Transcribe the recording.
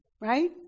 Right